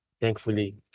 thankfully